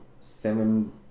seven